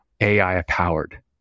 AI-powered